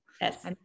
Yes